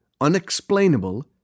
unexplainable